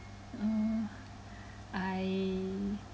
uh I